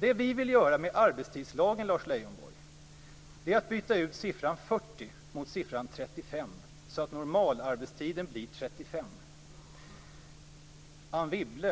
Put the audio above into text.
Det vi vill göra med arbetstidslagen, Lars Leijonborg, är byta ut siffran 40 mot siffran 35, så att normalarbetstiden blir 35. Jag tror att Anne Wibble